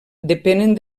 depenen